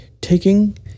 taking